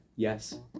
Yes